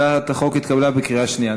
הצעת החוק התקבלה בקריאה שנייה.